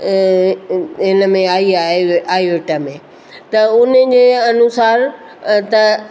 हिन में आई आहे आई आईवेटा में त उन जे अनुसारु त